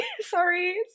Sorry